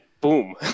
boom